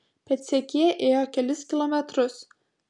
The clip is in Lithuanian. pėdsekė ėjo kelis kilometrus